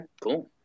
cool